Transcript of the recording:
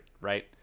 right